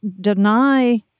deny